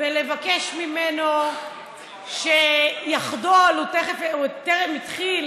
ולבקש ממנו שיחדל, הוא טרם התחיל,